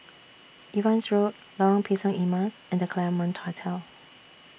Evans Road Lorong Pisang Emas and The Claremont Hotel